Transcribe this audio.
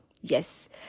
Yes